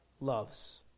loves